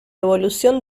evolución